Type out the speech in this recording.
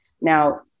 Now